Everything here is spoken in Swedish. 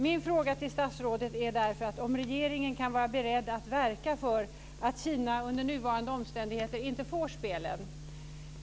Min fråga till statsrådet är därför om regeringen kan vara beredd att verka för att Kina under nuvarande omständigheter inte får spelen.